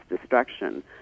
destruction